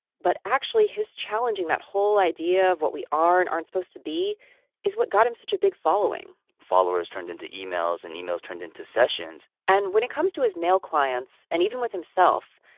but actually, his challenging that whole idea of what we are and aren't supposed to be is what got him such a big following followers turned into emails, and emails turned into sessions and when it comes to his male clients, and even with himself,